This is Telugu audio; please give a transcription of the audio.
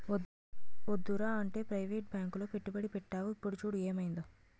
వద్దురా అంటే ప్రవేటు బాంకులో పెట్టుబడి పెట్టేవు ఇప్పుడు చూడు ఏమయిందో